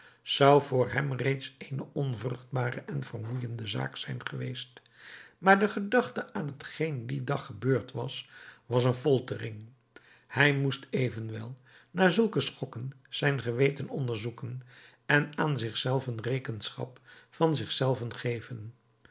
zou voor hem reeds eene onvruchtbare en vermoeiende zaak zijn geweest maar de gedachte aan hetgeen dien dag gebeurd was was een foltering hij moest evenwel na zulke schokken zijn geweten onderzoeken en aan zich zelven rekenschap van zich zelven geven